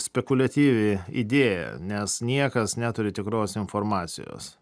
spekuliatyvi idėja nes niekas neturi tikros informacijos